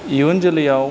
इयुन जोलैयाव